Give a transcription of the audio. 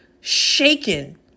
shaken